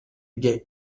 get